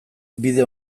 bide